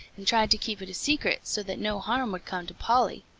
and tried to keep it a secret, so that no harm would come to polly.